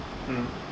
mm